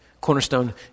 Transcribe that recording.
Cornerstone